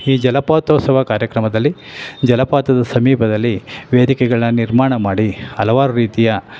ಈ ಜಲಪಾತೋತ್ಸವ ಕಾರ್ಯಕ್ರಮದಲ್ಲಿ ಜಲಪಾತದ ಸಮೀಪದಲ್ಲಿ ವೇದಿಕೆಗಳನ್ನ ನಿರ್ಮಾಣ ಮಾಡಿ ಹಲವಾರು ರೀತಿಯ